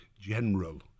general